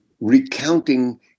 recounting